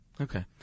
Okay